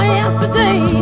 yesterday